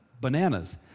bananas